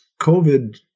COVID